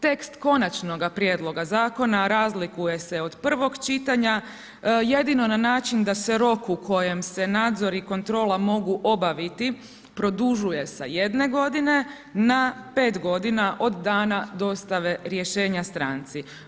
Tekst konačnoga prijedloga zakona, razlikuje se od prvog čitanja, jedino na način, da se rok u kojem se nadzori i kontrola mogu obaviti, produžuju sa jedne godine, na pet godina, od dana dostave rješenja stranci.